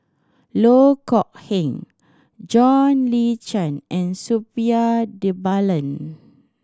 Loh Kok Heng John Le Cain and Suppiah Dhanabalan